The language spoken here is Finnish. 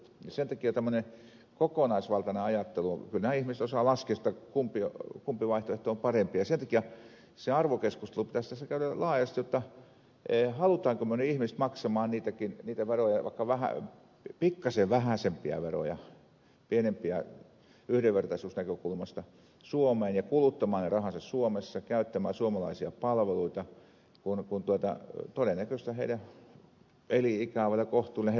sen takia tämmöinen kokonaisvaltainen ajattelu kyllä nämä ihmiset osaavat laskea kumpi vaihtoehto on parempi ja se arvokeskustelu pitäisi tässä käydä laajasti jotta haluammeko me ne ihmiset maksamaan niitä veroja suomeen vaikka pikkaisen vähäisempiä veroja pienempiä yhdenvertaisuusnäkökulmasta ja kuluttamaan ne rahansa suomessa käyttämään suomalaisia palveluita kun todennäköisesti heidän elinikänsä on vielä kohtuullinen